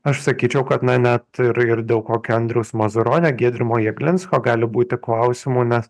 aš sakyčiau kad na net ir ir dėl kokio andriaus mazuronio giedrimo jeglinsko gali būti klausimų nes